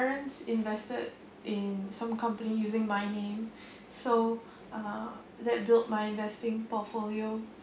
parents invested in some company using my name so uh that built my investing portfolio